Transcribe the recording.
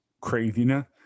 craziness